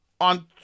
on